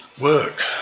work